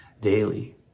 daily